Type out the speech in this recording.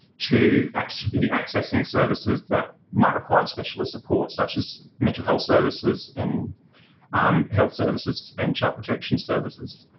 to actively accessing services that might require specialist support, such as mental health services and um health services and child protection services.